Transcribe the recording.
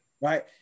Right